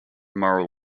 moral